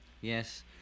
Yes